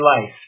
life